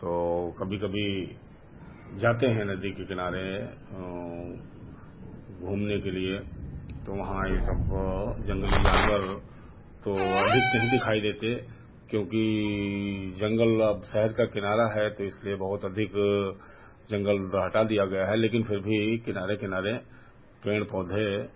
तो कभी कभी जाते हैं नदी के किनारे घूमने के लिए तो वहाँ ये सब जंगली जानवर तो अधिक नहीं दिखाई देते क्योंकि जंगल अब शहर का किनारा है तो इसलिए अब बहुत अधिक जंगल हटा दिया गया है लेकिन फिर भी किनारे किनारे पेड़ पौधे